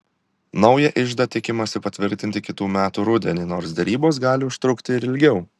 naują iždą tikimasi patvirtinti kitų metų rudenį nors derybos gali užtrukti ir ilgiau